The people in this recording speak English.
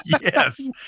yes